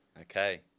Okay